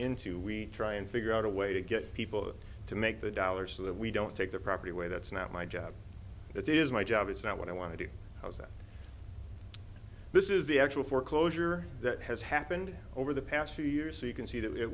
into we try and figure out a way to get people to make the dollar so that we don't take the property away that's not my job that is my job is not what i want to do that this is the actual foreclosure that has happened over the past few years so you can see that it